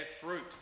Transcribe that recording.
fruit